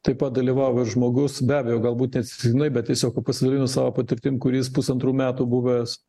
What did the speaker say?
taip pat dalyvavo ir žmogus be abejo galbūt neatsitiktinai bet tiesiog pasidalino savo patirtim kur jis pusantrų metų buvęs